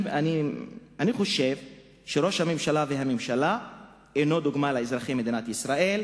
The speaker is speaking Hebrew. אני חושב שראש הממשלה והממשלה אינם דוגמה לאזרחי מדינת ישראל,